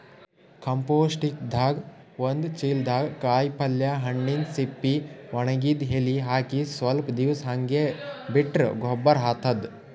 ಕಂಪೋಸ್ಟಿಂಗ್ದಾಗ್ ಒಂದ್ ಚಿಲ್ದಾಗ್ ಕಾಯಿಪಲ್ಯ ಹಣ್ಣಿನ್ ಸಿಪ್ಪಿ ವಣಗಿದ್ ಎಲಿ ಹಾಕಿ ಸ್ವಲ್ಪ್ ದಿವ್ಸ್ ಹಂಗೆ ಬಿಟ್ರ್ ಗೊಬ್ಬರ್ ಆತದ್